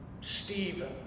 Stephen